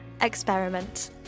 Experiment